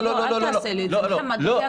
אל תעשה לי את זה, מוחמד.